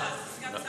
סגן השר,